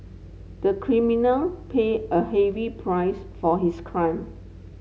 the criminal pay a heavy price for his crime